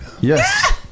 Yes